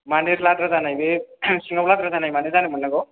मानो लाद्रा जानाय बे सिङाव मानो लाद्रा जानो मोन्नांगौ